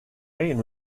and